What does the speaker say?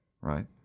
right